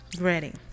Ready